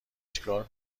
چیکار